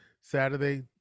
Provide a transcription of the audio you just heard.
saturday